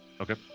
okay